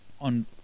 on